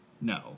no